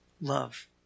love